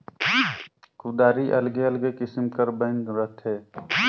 कुदारी अलगे अलगे किसिम कर बइन रहथे